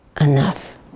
enough